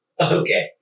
Okay